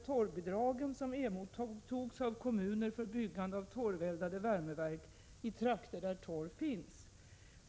torvbidragen som emottogs av kommuner för byggande av torveldade värmeverk i trakter där torv finns.